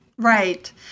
Right